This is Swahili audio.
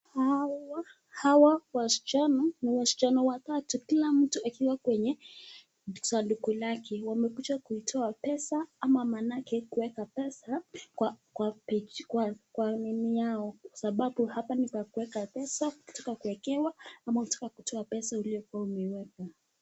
Hawa wasichana ni wasichana watatu kila mtu akiwa kwenye sanduku lake, wamekuja kuitoa pesa ama manaake kuweka pesa kwa nini yao kwa sababu hapa ninpa kuweka pesa ukitaka kuekewa ama ukitaka kutoa pesa uliyokuwa umeiweka.